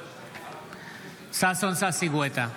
בעד ששון ששי גואטה,